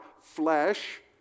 flesh